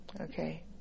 Okay